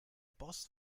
boss